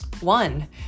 One